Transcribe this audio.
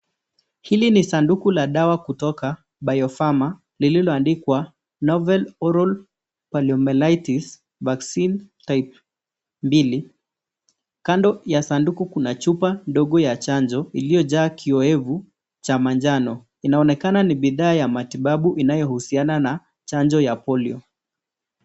Hili ni sanduku la dawa kutoka Biofarmer lililoandikwa Novel Oral Palumelities Vaccine Type mbili, kand ya sanduku kuna chupa ndogo ya chanjo iliojaa kiowevu cha manjano inaonekana ni bidhaa ya matibabu inayohusiana na chanjo ya polio.